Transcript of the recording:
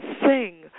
sing